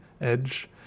Edge